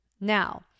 Now